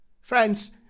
Friends